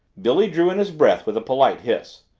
billy drew in his breath with a polite hiss.